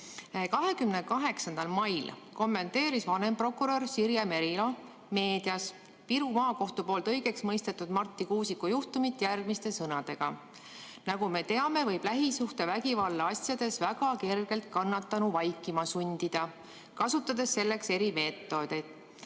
28. mail kommenteeris vanemprokurör Sirje Merilo meedias Viru Maakohtus õigeks mõistetud Marti Kuusiku juhtumit järgmiste sõnadega: "Nagu me teame, võib lähisuhtevägivalla asjades väga kergelt kannatanu vaikima sundida, kasutades selleks eri meetodeid."